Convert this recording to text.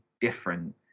different